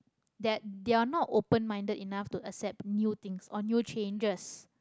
that they're not open-minded enough to accept new things or new changes